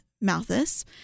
Malthus